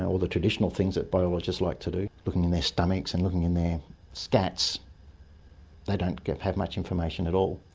all the traditional things that biologists like to do looking in their stomachs and looking in their scats they don't have much information at all.